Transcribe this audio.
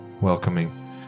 welcoming